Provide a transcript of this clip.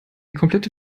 komplette